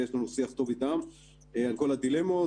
ויש לנו שיח טוב איתם על כל הדילמות